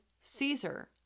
Caesar